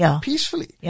peacefully